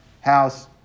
house